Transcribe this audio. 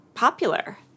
popular